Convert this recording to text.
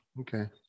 okay